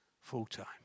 full-time